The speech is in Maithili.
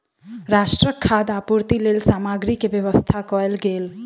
राष्ट्रक खाद्य पूर्तिक लेल सामग्री के व्यवस्था कयल गेल